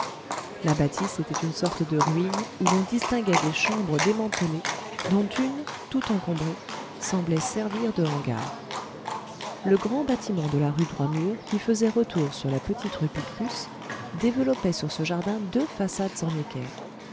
la bâtisse était une sorte de ruine où l'on distinguait des chambres démantelées dont une tout encombrée semblait servir de hangar le grand bâtiment de la rue droit mur qui faisait retour sur la petite rue picpus développait sur ce jardin deux façades en équerre